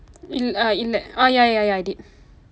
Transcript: il~ ah இல்லை:illai ah ya ya ya I did